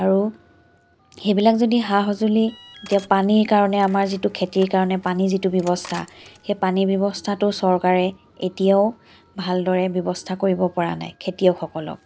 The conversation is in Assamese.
আৰু সেইবিলাক যদি সা সঁজুলি এতিয়া পানীৰ কাৰণে আমাৰ যিটো খেতিৰ কাৰণে পানী যিটো ব্যৱস্থা সেই পানীৰ ব্যৱস্থাটো চৰকাৰে এতিয়াও ভালদৰে ব্যৱস্থা কৰিব পৰা নাই খেতিয়কসকলক